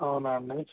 అవునా అండి